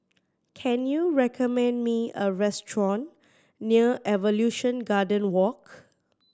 can you recommend me a restaurant near Evolution Garden Walk